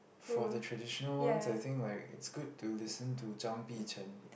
for the traditional ones I think like it's good to listen to Zhang-Bi-Chen